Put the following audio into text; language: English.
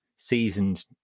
seasoned